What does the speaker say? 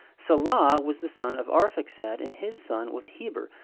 sala was the son of arphaxad and his son was heber,